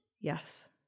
Yes